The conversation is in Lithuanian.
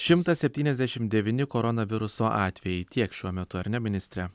šimtas septyniasdešimt devyni koronaviruso atvejai tiek šiuo metu ar ne ministre